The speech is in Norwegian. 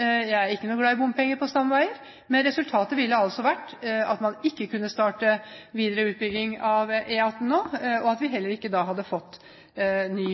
Jeg er ikke noe glad i bompenger på stamveier, men resultatet ville altså vært at man ikke kunne starte videre utbygging av E18 nå, og at vi heller ikke da hadde fått ny